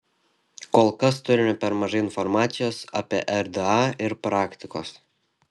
kol kas turime per mažai informacijos apie rda ir praktikos